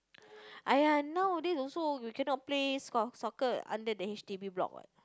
!aiya! nowadays also you cannot play saw soccer under the H_D_B block [what]